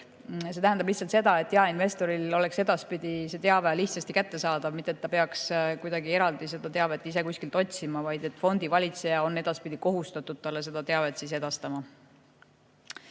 See tähendab lihtsalt seda, et jaeinvestorile oleks edaspidi see teave lihtsasti kättesaadav, ta ei peaks kuidagi eraldi seda teavet ise kuskilt otsima, vaid fondivalitseja on edaspidi kohustatud talle seda teavet edastama.